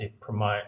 promote